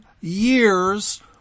years